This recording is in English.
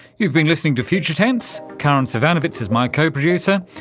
you've been listening to future tense. karin zsivanovits is my co-producer.